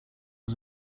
was